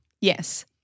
Yes